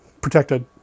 Protected